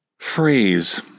Phrase